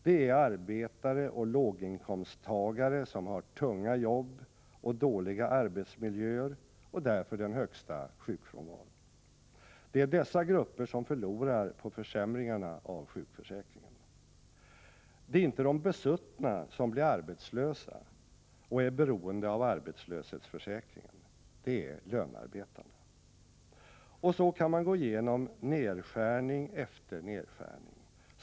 Det är arbetare och låginkomsttagare som har tunga jobb och dåliga arbetsmiljöer och därför den högsta sjukfrånvaron. Det är dessa grupper som förlorar på försämringarna av sjukförsäkringen. Det är inte de besuttna som blir arbetslösa och det är inte de som är beroende av arbetslöshetsförsäkringen. Det är lönarbetarna. Och så kan man gå igenom nedskärning efter nedskärning.